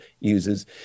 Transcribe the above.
uses